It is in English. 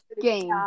game